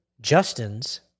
Justin's